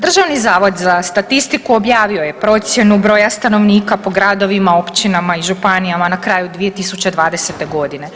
Državni zavod za statistiku objavio je procjenu broja stanovnika po gradovima, općinama i županijama na kraju 2020. godine.